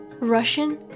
Russian